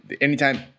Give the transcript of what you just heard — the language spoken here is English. Anytime